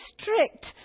strict